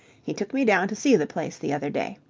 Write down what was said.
he took me down to see the place the other day.